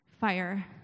fire